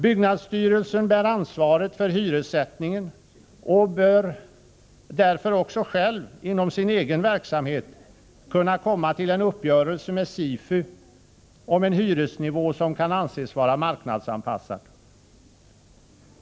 Byggnadsstyrelsen bär ansvaret för hyressättningen och bör därför själv inom sin egen verksamhet kunna komma till en uppgörelse med SIFU om en hyresnivå som kan anses vara marknadsanpassad.